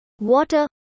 water